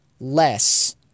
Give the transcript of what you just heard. less